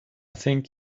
think